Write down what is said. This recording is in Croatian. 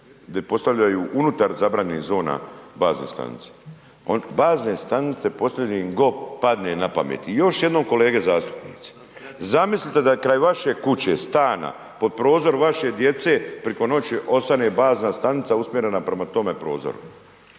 gdje postavljaju unutar zabranjenih zona bazne stanice. Bazne stanice postavljaju im tko god padne na pamet. I još jednom kolege zastupnici. Zamislite da kraj vaše kuće, stana pod prozor vaše djece preko noći ostane bazna stanica usmjerena prema tome prozoru.